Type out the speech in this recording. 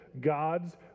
God's